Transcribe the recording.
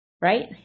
right